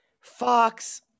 Fox